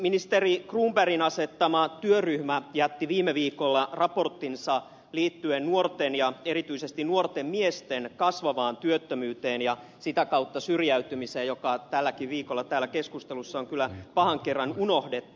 ministeri cronbergin asettama työryhmä jätti viime viikolla raporttinsa liittyen nuorten ja erityisesti nuorten miesten kasvavaan työttömyyteen ja sitä kautta syrjäytymiseen joka tälläkin viikolla täällä keskusteluissa on kyllä pahan kerran unohdettu